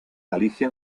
galicia